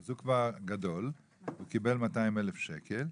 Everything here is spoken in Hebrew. הוא עסק גדול שקיבל 200 אלף שקלים.